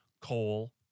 coal